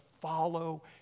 follow